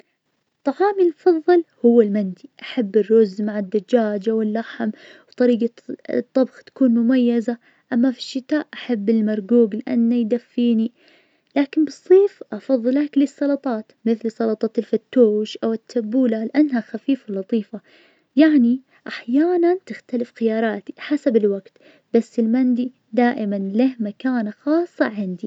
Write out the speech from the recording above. إذا كان فيني أسافر الفضا أكيد بوافق, أحب استكشف كواكب جديدة وأشوف الأرض من فوق, تخيل المناظر والنجوم والجرب- والجمر جريبة مني, شي يفتح النفس, بس برضه عندي خوف من الإرتفاع, بس التجربة تستاهل صح, ما أظن بتكون رحلة ما تنسى, وتخليني أغير نظرتي في الخوف مالإرتفاعات.